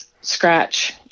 scratch